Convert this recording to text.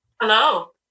Hello